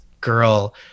girl